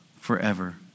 forever